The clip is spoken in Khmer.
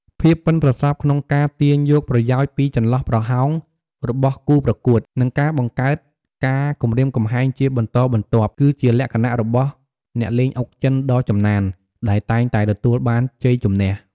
ភាពប៉ិនប្រសប់ក្នុងការទាញយកប្រយោជន៍ពីចន្លោះប្រហោងរបស់គូប្រកួត និងការបង្កើតការគំរាមកំហែងជាបន្តបន្ទាប់ គឺជាលក្ខណៈរបស់អ្នកលេងអុកចិនដ៏ចំណានដែលតែងតែទទួលបានជ័យជម្នះ។